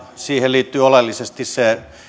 siihen liittyy oleellisesti se